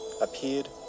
appeared